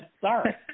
Sorry